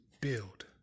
build